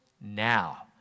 now